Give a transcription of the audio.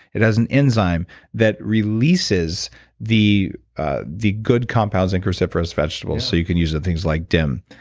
it has an enzyme that releases the ah the good compounds in cruciferous vegetables, so you can use the things like dim.